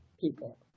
people